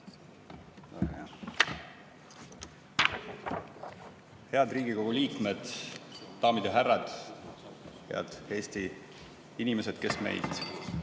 Head Riigikogu liikmed! Daamid ja härrad! Head Eesti inimesed, kes meid